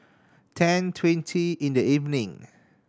ten twenty in the evening